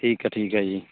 ਠੀਕ ਹੈ ਠੀਕ ਹੈ ਜੀ